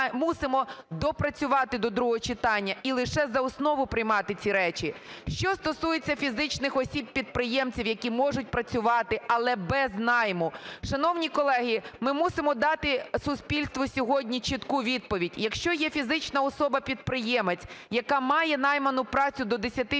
доопрацювати до другого читання і лише за основу приймати ці речі. Що стосується фізичних осіб-підприємців, які можуть працювати, але без найму. Шановні колеги, ми мусимо дати суспільству сьогодні чітку відповідь. Якщо є фізична особа-підприємець, яка має найману працю до 10